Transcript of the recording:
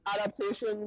adaptation